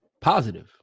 positive